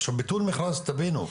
עכשיו, ביטול מכרז, תבינו,